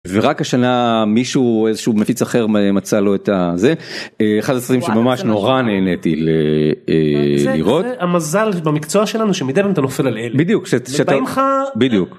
ורק השנה מישהו איזשהו מפיץ אחר מצא לו את הזה, אחד הסרטים שממש נורא נהניתי לראות המזל במקצוע שלנו שמדי פעם אתה נופל על אלה בדיוק. ובאים לך, בדיוק